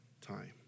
time